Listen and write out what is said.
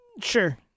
sure